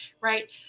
right